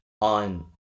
on